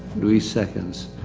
luis seconds.